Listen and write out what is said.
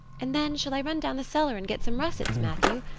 and then shall i run down the cellar and get some russets, matthew?